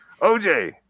OJ